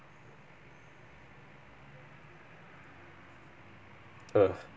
ugh